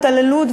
התעללות,